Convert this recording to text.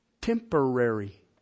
temporary